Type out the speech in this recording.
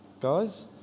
guys